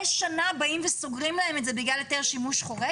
שנה באים סוגרים להן את המקום בגלל היתר שימוש חורג